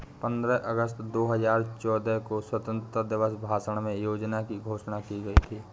पन्द्रह अगस्त दो हजार चौदह को स्वतंत्रता दिवस भाषण में योजना की घोषणा की गयी थी